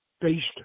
based